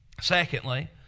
Secondly